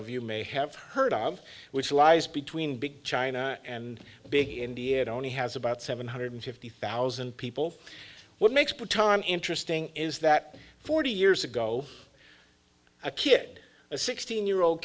of you may have heard of which lies between big china and big india it only has about seven hundred fifty thousand people what makes patani interesting is that forty years ago a kid a sixteen year old